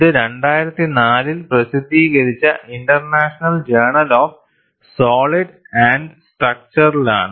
ഇത് 2004 ൽ പ്രസിദ്ധീകരിച്ച international journal of solids and സ്ട്രക്ചറിലാണ്